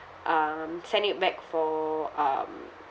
um send it back for um